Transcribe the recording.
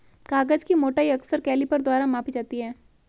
कागज की मोटाई अक्सर कैलीपर द्वारा मापी जाती है